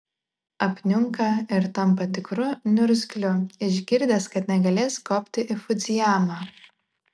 apniunka ir tampa tikru niurzgliu išgirdęs kad negalės kopti į fudzijamą